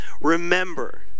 Remember